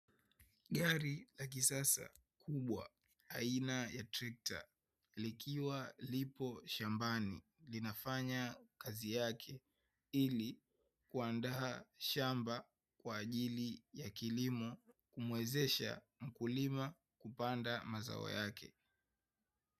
Gari la kisasa kubwa aina ya trekta, likiwa lipo shambani linafanya kazi yake, ili kuandaa shamba kwa ajili ya kilimo, humuwezesha mkulima kupanda mazao yake.